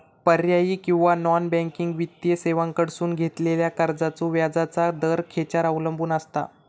पर्यायी किंवा non banking वित्तीय सेवांकडसून घेतलेल्या कर्जाचो व्याजाचा दर खेच्यार अवलंबून आसता?